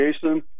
Jason